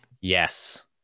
Yes